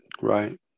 right